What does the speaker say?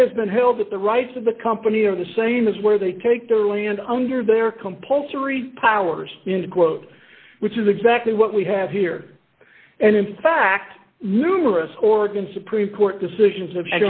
it has been held that the rights of the company of the same is where they take their land under their compulsory powers quote which is exactly what we have here and in fact numerous organ supreme court decisions